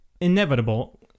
inevitable